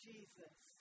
Jesus